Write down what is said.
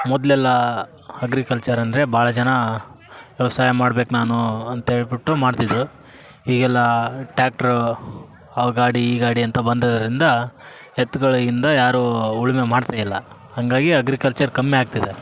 ಮೊದಲೆಲ್ಲಾ ಹಗ್ರಿಕಲ್ಚರ್ ಅಂದರೆ ಭಾಳ ಜನ ವ್ಯವಸಾಯ ಮಾಡ್ಬೇಕು ನಾನು ಅಂತೇಳ್ಬುಟ್ಟು ಮಾಡ್ತಿದ್ರು ಈಗೆಲ್ಲ ಟ್ಯಾಕ್ಟ್ರು ಆ ಗಾಡಿ ಈ ಗಾಡಿ ಅಂತ ಬಂದಿರೋದ್ರಿಂದ ಎತ್ತುಗಳಿಂದ ಯಾರು ಉಳುಮೆ ಮಾಡ್ತಿಲ್ಲ ಹಂಗಾಗಿ ಅಗ್ರಿಕಲ್ಚರ್ ಕಮ್ಮಿ ಆಗ್ತಿದೆ